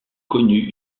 connu